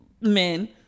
men